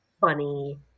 funny